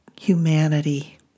humanity